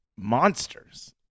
monsters